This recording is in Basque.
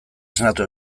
esnatu